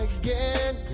again